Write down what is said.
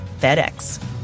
FedEx